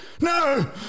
No